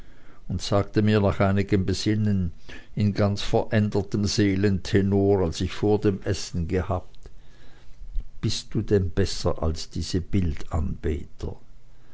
und sagte mir nach einigem besinnen in ganz verändertem seelentenor als ich vor dem essen gehabt bist du denn besser als diese